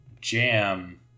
jam